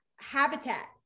habitat